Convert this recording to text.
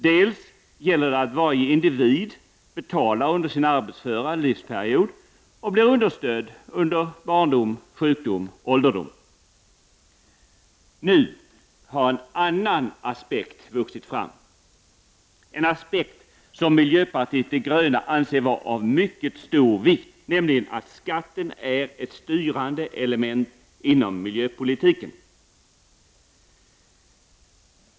Dels gällde det att varje individ betalar under sin arbetsföra livsperiod och blir understödd under barndom, sjukdom och ålderdom. Nu har en annan aspekt vuxit fram, en aspekt som miljöpartiet de gröna anser vara av mycket stor vikt, nämligen att skatten är ett styrande element inom miljöpolitiken.